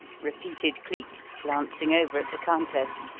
repeated cleek, glancing over at the countess,